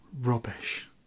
Rubbish